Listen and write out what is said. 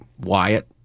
Wyatt